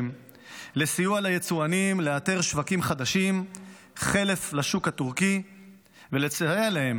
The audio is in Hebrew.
לסיוע ליצואנים לאתר שווקים חדשים חלף לשוק הטורקי ולסייע להם